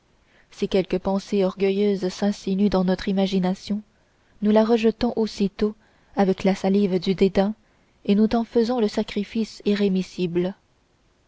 si quelque pensée orgueilleuse s'insinue dans notre imagination nous la rejetons aussitôt avec la salive du dédain et nous t'en faisons le sacrifice